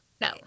No